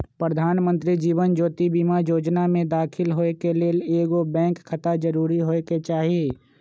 प्रधानमंत्री जीवन ज्योति बीमा जोजना में दाखिल होय के लेल एगो बैंक खाता जरूरी होय के चाही